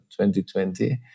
2020